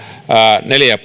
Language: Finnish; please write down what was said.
neljä